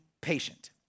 patient